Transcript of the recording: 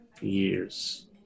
years